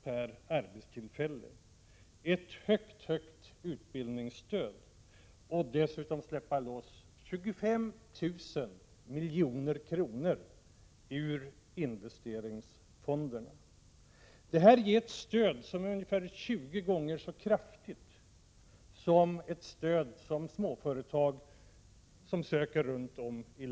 per arbetstillfälle. Man har givit ett högt utbildningsstöd, och man har dessutom släppt loss 25 000 milj.kr. ur investeringsfonderna. Tillsammans ger dessa åtgärder ett stöd som är ungefär 20 gånger så stort som det småföretag runt om i landet som söker stöd kan få.